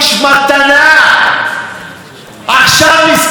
אחרי שהוא הגן על שאול אלוביץ' בחירוף נפש?